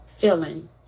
feeling